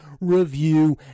review